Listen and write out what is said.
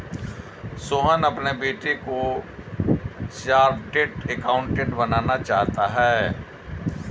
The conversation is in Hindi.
सोहन अपने बेटे को चार्टेट अकाउंटेंट बनाना चाहता है